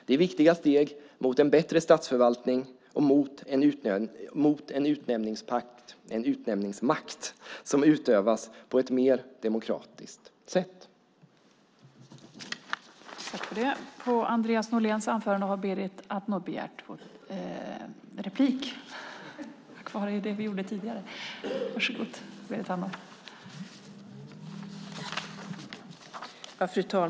Det är viktiga steg i riktning mot en bättre statsförvaltning och en utnämningsmakt som utövas på ett mer demokratiskt sätt.